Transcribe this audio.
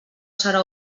serà